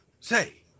say